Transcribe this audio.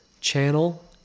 channel